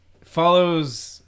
follows